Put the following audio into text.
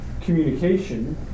communication